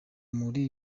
muri